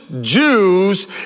Jews